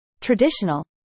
traditional